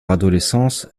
adolescence